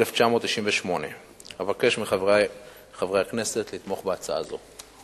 התשנ"ח 1998. אבקש מחברי חברי הכנסת לתמוך בהצעה זו.